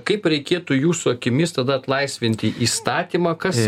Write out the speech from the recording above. kaip reikėtų jūsų akimis tada atlaisvinti įstatymą kas